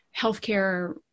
healthcare